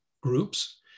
groups